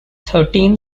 thirteen